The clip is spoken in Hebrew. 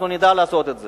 אנחנו נדע לעשות את זה,